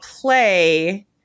play